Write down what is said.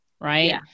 Right